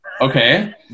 okay